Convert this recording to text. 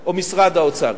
או משרד האוצר.